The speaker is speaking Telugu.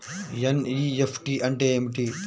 ఎన్.ఈ.ఎఫ్.టీ అంటే ఏమిటి?